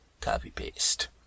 copy-paste